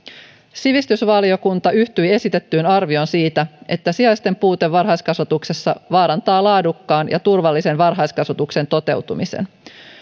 sivistysvaliokunta yhtyi esitettyyn arvioon siitä että sijaisten puute varhaiskasvatuksessa vaarantaa laadukkaan ja turvallisen varhaiskasvatuksen toteutumisen